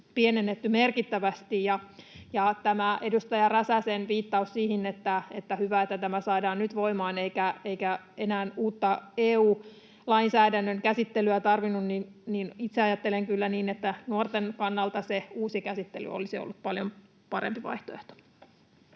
pienennetty merkittävästi. Tämä edustaja Räsäsen viittaus siihen, että on hyvä, että tämä saadaan nyt voimaan eikä enää uutta EU-lainsäädännön käsittelyä tarvinnut, niin itse ajattelen kyllä niin, että nuorten kannalta se uusi käsittely olisi ollut paljon parempi vaihtoehto.